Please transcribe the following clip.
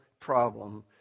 problem